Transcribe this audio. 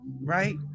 right